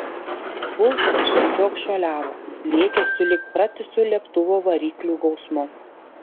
pulsas tiesiog šuoliavo lėkė sulig pratisu lėktuvo variklių gausmu